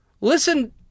Listen